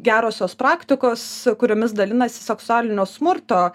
gerosios praktikos kuriomis dalinasi seksualinio smurto